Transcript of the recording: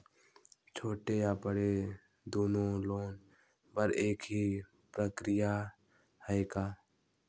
छोटे या बड़े दुनो लोन बर एक ही प्रक्रिया है का?